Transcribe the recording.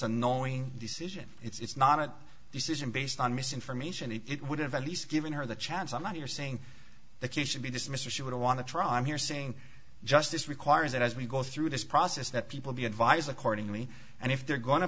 knowing decision it's not a decision based on misinformation it would have at least given her the chance i'm not you're saying that you should be dismissed or she would want to try i'm here saying justice requires that as we go through this process that people be advised cordingley and if they're going to